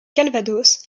calvados